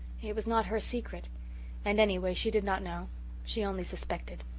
it was not her secret and, anyway, she did not know she only suspected.